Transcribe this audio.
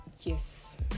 Yes